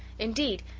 indeed,